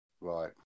Right